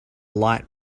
light